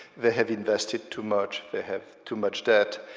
they have invested too much, they have too much debt,